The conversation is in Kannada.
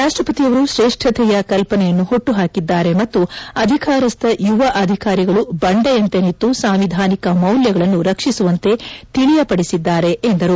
ರಾಷ್ಟಪತಿಯವರು ಶ್ರೇಷ್ಠತೆಯ ಕಲ್ಪನೆಯನ್ನು ಹುಟ್ಟುಹಾಕಿದ್ದಾರೆ ಮತ್ತು ಅಧಿಕಾರಸ್ಥ ಯುವ ಅಧಿಕಾರಿಗಳು ಬಂಡೆಯಂತೆ ನಿಂತು ಸಾಂವಿಧಾನಿಕ ಮೌಲ್ಯಗಳನ್ನು ರಕ್ಷಿಸುವಂತೆ ತಿಳಿಯಪಡಿಸಿದ್ದಾರೆ ಎಂದರು